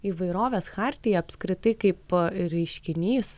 įvairovės chartija apskritai kaip reiškinys